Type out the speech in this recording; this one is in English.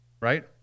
right